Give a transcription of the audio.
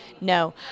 No